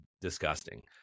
disgusting